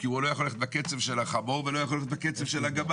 כי הוא לא יכול ללכת בקצב של החמור ולא יכול ללכת בקצב של הגמל.